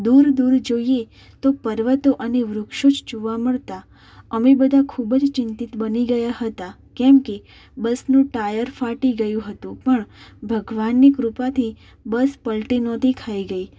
દૂર દૂર જોઇએ તો પર્વતો અને વૃક્ષો જ જોવા મળતાં અમે બધા ખૂબ જ ચિંતિત બની ગયા હતા કેમ કે બસનું ટાયર ફાટી ગયું હતું પણ ભગવાનની કૃપાથી બસ પલટી નહોતી ખાઈ ગઈ